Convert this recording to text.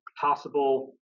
possible